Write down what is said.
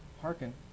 Hearken